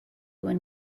when